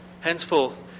Henceforth